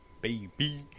baby